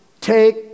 take